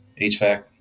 HVAC